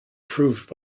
proved